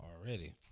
Already